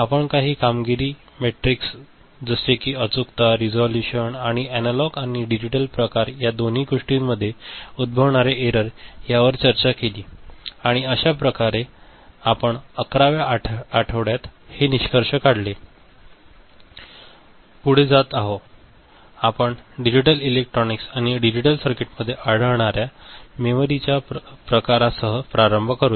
आपण काही कामगिरी मेट्रिक्स जसे कि अचूकता रिझोल्यूशन आणि एनालॉग आणि डिजिटल प्रकार या दोन्ही गोष्टींमध्ये मध्ये उद्भवणारे एरर यावर चर्चा केली आणि अशाप्रकारे आपण 11 व्या आठवड्यात के निष्कर्ष काढले पुढे जात आपण डिजिटल इलेक्ट्रॉनिक्स किंवा डिजिटल सर्किटमध्ये आढळणार्या मेमरीच्या प्रकारांसह प्रारंभ करूया